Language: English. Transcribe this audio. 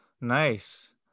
nice